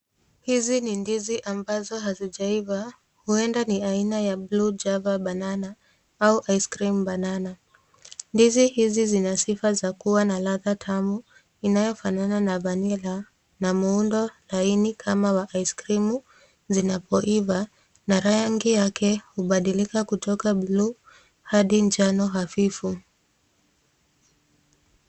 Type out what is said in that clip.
Hizi ni ndizi ambazo hazijaiva huenda ni aina ya blue java banana au ice cream banana ,ndizi hizi zina sifa ya kuwa na ladha tamu inayofanana na vanila na muundo kamili kama wa aiskrimu zinapoiva na rangi yake hubadilika kutoka buluu hadi njano hafifu.